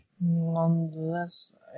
Nonetheless